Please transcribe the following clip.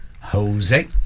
Jose